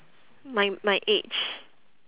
my my age